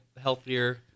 healthier